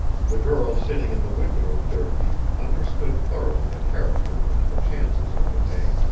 the girl sitting in the window of durfee understood thoroughly the character and the chances of the day.